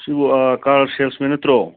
ꯁꯤꯕꯨ ꯀꯥꯔ ꯁꯦꯜꯁꯃꯦꯟ ꯅꯠꯇ꯭ꯔꯣ